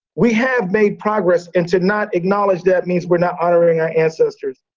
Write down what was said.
we have made progress and to not acknowledge that means we're not honoring our ancestors.